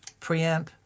preamp